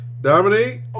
Dominique